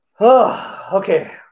okay